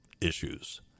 issues